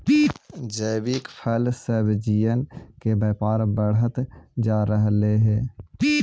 जैविक फल सब्जियन के व्यापार बढ़ल जा रहलई हे